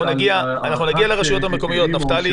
אנחנו נגיע לרשויות המקומיות, נפתלי.